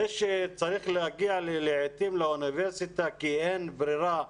זה שצריך להגיע לעתים לאוניברסיטה כי אין ברירה,